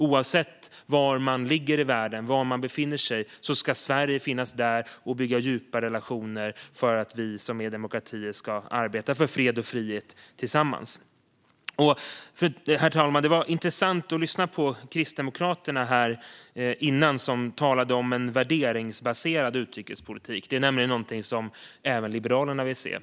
Oavsett var i världen man befinner sig ska Sverige finnas där och bygga djupa relationer för att vi som är demokratier ska arbeta för fred och frihet tillsammans. Herr talman! Det var intressant att lyssna på Kristdemokraterna tidigare. Det talades om en värderingsbaserad utrikespolitik. Det är nämligen något som även Liberalerna vill se.